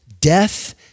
death